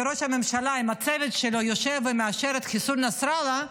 שראש הממשלה עם הצוות שלו יושב ומאשר את חיסול נסראללה,